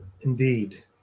Indeed